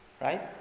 Right